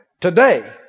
Today